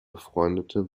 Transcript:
befreundete